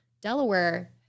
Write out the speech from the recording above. Delaware